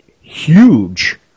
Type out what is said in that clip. huge